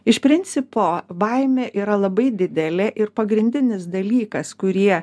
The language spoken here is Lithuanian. iš principo baimė yra labai didelė ir pagrindinis dalykas kurie